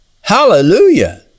Hallelujah